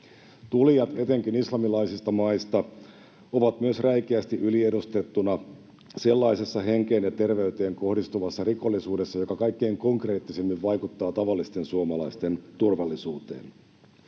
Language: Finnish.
Tulijat etenkin islamilaisista maista ovat myös räikeästi yliedustettuina sellaisessa henkeen ja terveyteen kohdistuvassa rikollisuudessa, joka kaikkein konkreettisimmin vaikuttaa tavallisten suomalaisten turvallisuuteen.